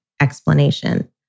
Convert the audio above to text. explanation